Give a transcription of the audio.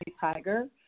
Tiger